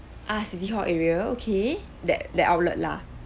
ah city hall area okay that that outlet lah